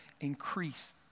increase